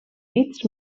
bits